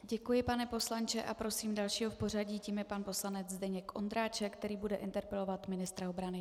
Děkuji, pane poslanče, a prosím dalšího v pořadí a tím je pan poslanec Zdeněk Ondráček, který bude interpelovat ministra obrany.